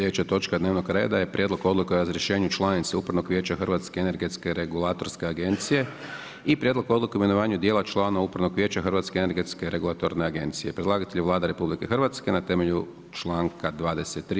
Slijedeća točka dnevnog reda je: - Prijedlog odluke o razrješenju članice upravnog vijeća Hrvatske energetske regulatorne agencije i - Prijedlog odluke o imenovanju dijela članova upravnog vijeća Hrvatske energetske regulatorne agencije Predlagatelj je Vlada RH na temelju čl. 23.